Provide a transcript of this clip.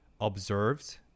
observed